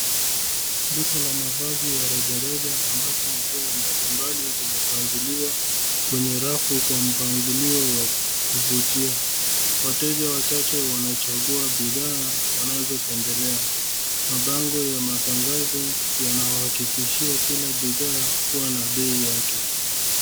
Duka la mavazi ya rejareja ambapo nguo mbali mbali zimepangiliwa kwenye rafu kwa mpangilio wa kuvutia. Wateja wachache wanachagua bidhaa wanazo pendelea. Mabango ya matangazo yanawahakikishia kila bidhaa kuwa na bei yake.